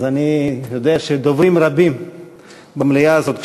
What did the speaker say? אני יודע שדוברים רבים במליאה הזאת,